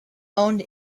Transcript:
owned